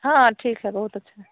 हाँ ठीक है बहुत अच्छा है